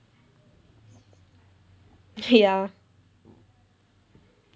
ya